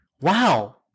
Wow